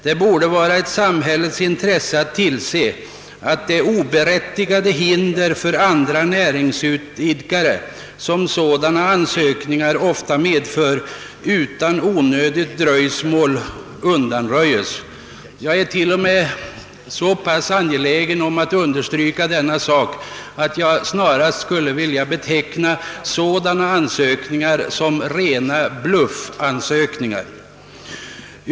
Det torde vara ett samhällets intresse att tillse att de oberättigade hinder för andra näringsidkare, som sådana ansökningar ofta medför, utan onödigt dröjsmål undanröjes. Jag är t.o.m. så angelägen om att understryka detta att jag nära nog skulle vilja beteckna ansökningar av detta slag som rena bluffansökningar.